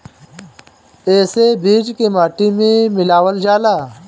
एसे बीज के माटी में मिलावल जाला